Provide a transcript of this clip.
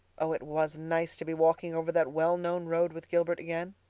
oh, it was nice to be walking over that well-known road with gilbert again!